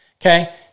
okay